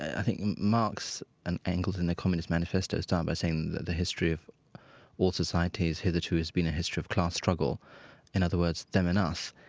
i think marx and engels in the communist manifesto started by saying that the history of all societies hitherto has been a history of class struggle in other words, them and us.